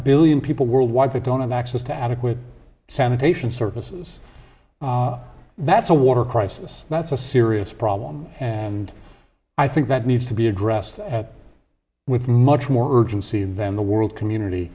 billion people worldwide that don't have access to adequate sanitation services that's a water crisis that's a serious problem and i think that needs to be addressed with much more urgency than the world community